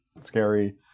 scary